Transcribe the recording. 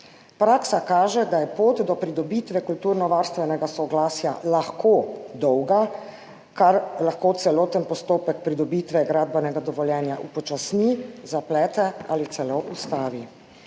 Praksa kaže, da je pot do pridobitve kulturnovarstvenega soglasja lahko dolga, kar lahko celoten postopek pridobitve gradbenega dovoljenja upočasni, zaplete ali celo ustavi.